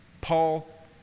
Paul